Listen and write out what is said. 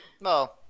No